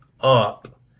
up